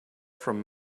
from